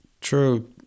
True